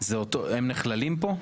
הם נכללים פה?